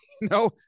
No